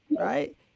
right